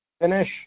finish